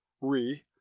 re